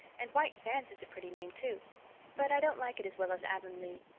and white sands is a pretty name, too but i don't like it as well as avonlea.